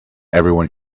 everyone